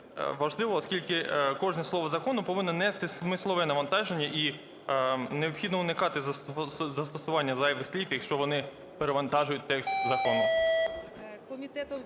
важливо, оскільки кожне слово закону повинне нести смислове навантаження, і необхідно уникати застосування зайвих слів, якщо вони перенавантажують текст закону.